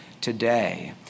today